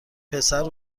پسر